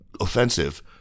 offensive